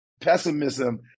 pessimism